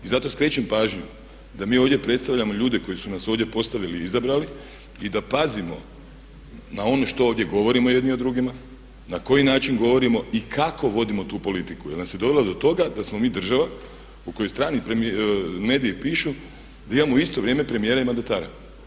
I zato skrećem pažnju da mi ovdje predstavljamo ljude koji su nas ovdje postavili i izabrali i da pazimo na ono što ovdje govorimo jedni o drugima, na koji način govorimo i kako vodimo tu politiku jer nas je dovelo do toga da smo mi država u kojoj strani mediji pišu da imamo u isto vrijeme premijera i mandatara.